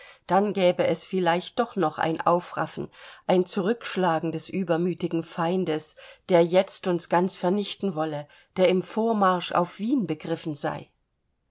dann gäbe es vielleicht doch noch ein aufraffen ein zurückschlagen des übermütigen feindes der jetzt uns ganz vernichten wolle der im vormarsch auf wien begriffen sei